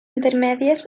intermèdies